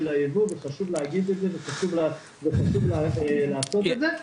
הייבוא וחשוב להגיד את זה וחשוב לעשות את זה.